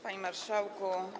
Panie Marszałku!